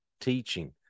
teaching